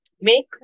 make